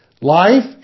life